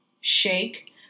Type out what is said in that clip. shake